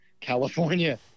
California